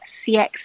CX